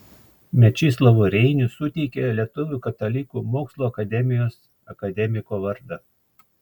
mečislovui reiniui suteikė lietuvių katalikų mokslo akademijos akademiko vardą